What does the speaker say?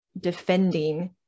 defending